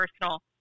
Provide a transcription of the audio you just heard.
personal